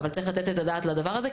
אבל כן צריך לתת את הדעת לדבר הזה,